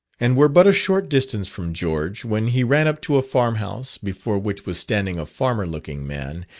and were but a short distance from george, when he ran up to a farm house, before which was standing a farmer-looking man,